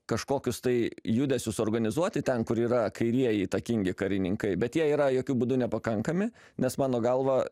kažkokius tai judesius organizuoti ten kur yra kairieji įtakingi karininkai bet jie yra jokiu būdu nepakankami nes mano galva